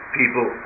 people